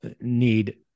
need